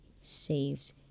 saved